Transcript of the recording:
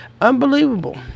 unbelievable